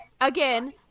Again